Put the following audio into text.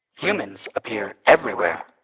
humans appear everywhere.